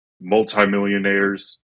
multimillionaires